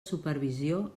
supervisió